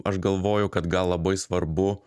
aš galvoju kad gal labai svarbu